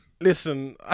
Listen